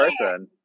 person